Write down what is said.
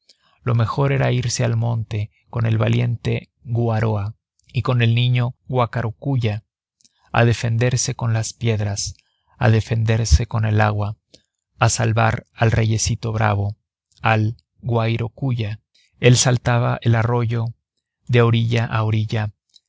lo mejor era irse al monte con el valiente guaroa y con el niño guarocuya a defenderse con las piedras a defenderse con el agua a salvar al reyecito bravo a guairocuya el saltaba el arroyo de orilla a orilla